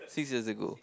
six years ago